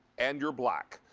and your black.